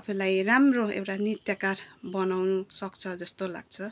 आफूलाई राम्रो एउटा नृत्यकार बनाउनसक्छ जस्तो लाग्छ